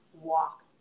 walk